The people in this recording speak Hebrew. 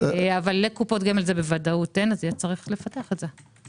לקופות גמל זה בוודאות אין אז צריך לפתח את זה.